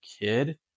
kid